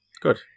good